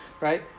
right